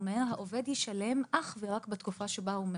שהעובד ישלם אך ורק בתקופה שבה הוא מועסק,